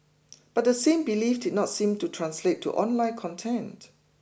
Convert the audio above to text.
but the same belief did not seem to translate to online content